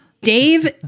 Dave